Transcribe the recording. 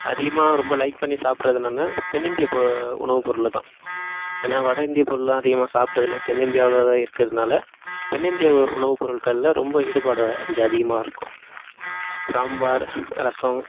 அதிகமாக ரொம்ப லைக் பண்ணி சாப்பிடறது என்னென்னால் தென்னிந்திய போ உணவு பொருளை தான் ஏன்னால் வட இந்திய பொருளெலாம் அதிகமாக சாப்பிட்டதில்ல தென்னிந்தியாவில் தான் இருக்கிறதுனால தென்னிந்திய உணவு பொருட்களில் ரொம்ப ஈடுபாடு கொஞ்சம் அதிகமாக இருக்கும் சாம்பார் ரசம்